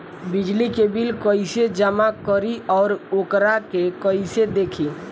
बिजली के बिल कइसे जमा करी और वोकरा के कइसे देखी?